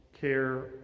care